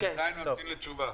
אני עדיין ממתין לתשובה.